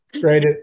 Great